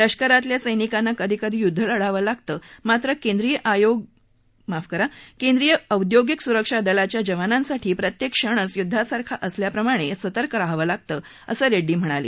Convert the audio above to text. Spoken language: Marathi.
लष्करातल्या सैनिकांना कधी कधी युद्ध लढावं लागतं मात्र केंद्रीय औद्योगिक सुरक्षा दलाच्या जवानांसाठी प्रत्येक क्षणच युद्वासारखा असल्याप्रमाणे सतर्क रहावं लागतं असं रेड्डी म्हणाले